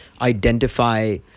identify